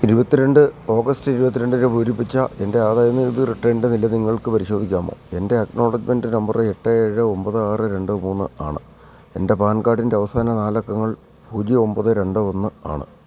ഇരുപത്തി രണ്ട് ഓഗസ്റ്റ് ഇരുപത്തി രണ്ടിന് പൂരിപ്പിച്ച എൻ്റെ ആദായ നികുതി റിട്ടേണിൻ്റെ നില നിങ്ങൾക്ക് പരിശോധിക്കാമോ എൻ്റെ അക്നോളജ്മെൻ്റ് നമ്പർ എട്ട് ഏഴ് ഒമ്പത് ആറ് മൂന്ന് രണ്ട് ആണ് എൻ്റെ പാൻ കാർഡിൻ്റെ അവസാന നാല് അക്കങ്ങൾ പൂജ്യം ഒമ്പത് രണ്ട് ഒന്ന് ആണ്